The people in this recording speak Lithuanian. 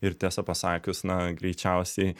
ir tiesa pasakius na greičiausiai